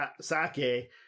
sake